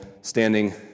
standing